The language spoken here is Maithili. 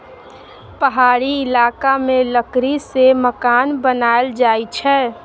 पहाड़ी इलाका मे लकड़ी सँ मकान बनाएल जाई छै